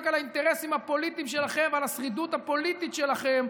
על האינטרסים הפוליטיים שלכם ועל השרידות הפוליטית שלכם,